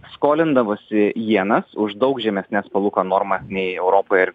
skolindavosi ienas už daug žemesnes palūkanų normas nei europoj ar